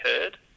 heard